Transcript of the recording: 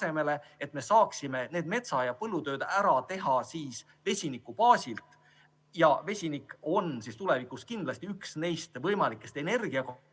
et saaksime need metsa- ja põllutööd ära teha vesiniku baasil. Vesinik on tulevikus kindlasti üks neist võimalikest energiaandjatest